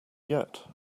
yet